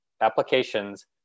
Applications